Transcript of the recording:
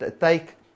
take